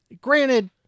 Granted